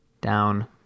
down